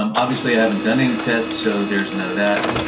um obviously i haven't done any tests so there's none of that.